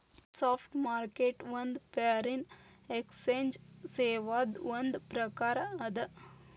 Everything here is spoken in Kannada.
ಸ್ಪಾಟ್ ಮಾರ್ಕೆಟ್ ಒಂದ್ ಫಾರಿನ್ ಎಕ್ಸ್ಚೆಂಜ್ ಸೇವಾದ್ ಒಂದ್ ಪ್ರಕಾರ ಅದ